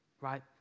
right